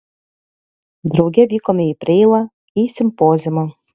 drauge vykome į preilą į simpoziumą